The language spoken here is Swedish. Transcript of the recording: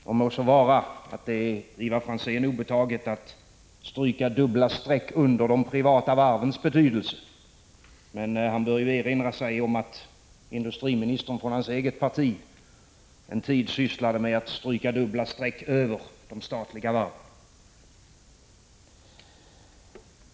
Det må vara Ivar Franzén obetaget att stryka dubbla streck under de privata varvens betydelse, men han bör erinra sig att industriministern från hans eget parti en tid sysslade med att stryka dubbla streck över de statliga varven.